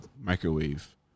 microwave